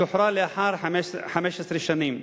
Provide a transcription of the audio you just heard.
שוחרר לאחר 15 שנים,